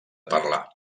parlar